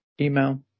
email